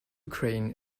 crane